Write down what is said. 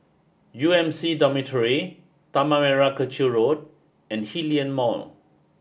U M C Dormitory Tanah Merah Kechil Road and Hillion Mall